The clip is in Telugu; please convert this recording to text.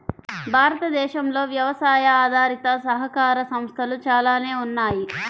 భారతదేశంలో వ్యవసాయ ఆధారిత సహకార సంస్థలు చాలానే ఉన్నాయి